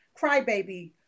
crybaby